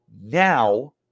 now